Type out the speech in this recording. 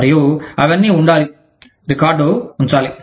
మరియు అవన్నీ ఉండాలి రికార్డు ఉంచాలి